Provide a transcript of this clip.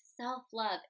self-love